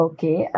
Okay